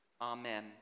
Amen